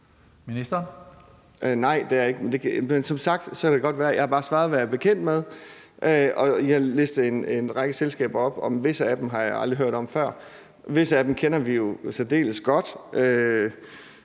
Danielsen): Nej, det er jeg ikke. Men som sagt kan det godt være. Jeg har bare svaret, hvad jeg er bekendt med, og jeg listede en række selskaber op, og visse af dem har jeg aldrig hørt om før. Visse af dem kender vi jo særdeles godt.